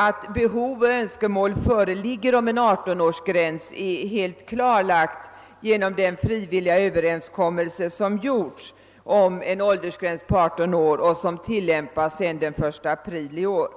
Att behov och önskemål föreligger om en 18-årsgräns är helt klarlagt genom den frivilliga överenskommelse som har träffats om en åldersgräns på 18 år och som tillämpas sedan den 1 april i år.